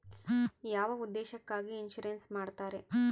ಯಾವ ಉದ್ದೇಶಕ್ಕಾಗಿ ಇನ್ಸುರೆನ್ಸ್ ಮಾಡ್ತಾರೆ?